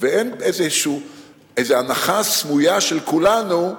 ואין איזו הנחה סמויה של כולנו,